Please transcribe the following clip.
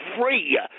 free